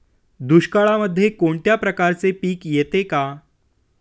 दुष्काळामध्ये कोणत्या प्रकारचे पीक येते का?